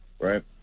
right